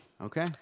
Okay